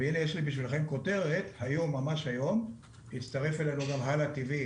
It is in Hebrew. הנה יש לי בשבילכם כותרת מהיום: ממש היום הצטרף אלינו גם "הלא tv"